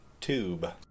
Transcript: tube